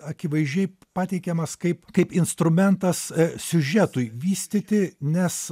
akivaizdžiai pateikiamas kaip kaip instrumentas siužetui vystyti nes